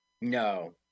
No